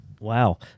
Wow